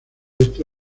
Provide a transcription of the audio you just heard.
este